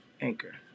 Anchor